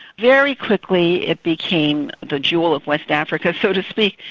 very quickly it became the jewel of west africa, so to speak,